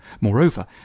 Moreover